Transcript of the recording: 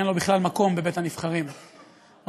אין לו בכלל מקום בבית הנבחרים, רבותיי,